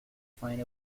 find